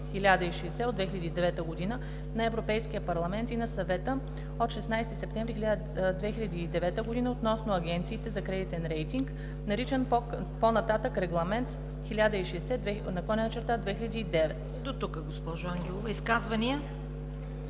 До тук, госпожо Стоянова. Изказвания?